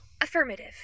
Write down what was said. Affirmative